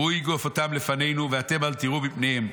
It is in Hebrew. והוא ייגוף אותם לפנינו ואתם אל תיראו מפניהם.